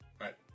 right